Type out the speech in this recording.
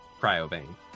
Cryobane